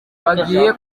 bagiye